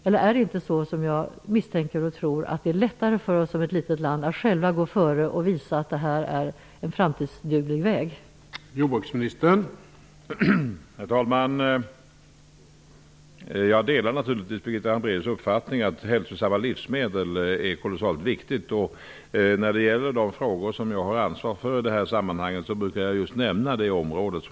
Eller är det, som jag misstänker och tror, lättare för oss att som ett litet land själva gå före och visa att det här är en väg som är duglig för framtiden?